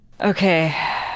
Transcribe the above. Okay